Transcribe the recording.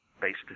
based